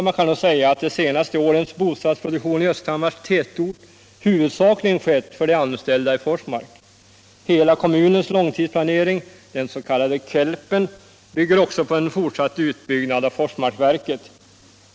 Man kan nog säga att de senaste årens bostadsproduktion i Östhammars tätort huvudsakligen skett för de anställda i Forsmark. Hela kommunens långtidsplanering, den s.k. KELP, bygger också på en fortsatt utbyggnad av Forsmarksverket.